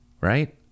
right